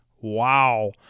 Wow